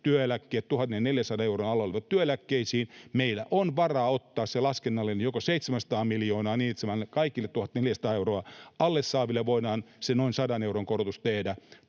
työeläkkeisiin, 1 400 euron alla oleviin työeläkkeisiin, meillä on varaa ottaa joko se laskennallinen 700 miljoonaa, niin että kaikille alle 1 400 euroa saaville voidaan noin sadan euron korotus tehdä,